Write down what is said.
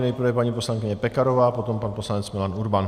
Nejprve paní poslankyně Pekarová, potom pan poslanec Milan Urban.